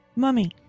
Mummy